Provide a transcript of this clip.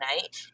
night